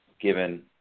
given